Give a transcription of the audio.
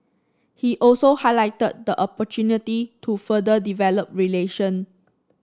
he also highlighted the opportunity to further develop relation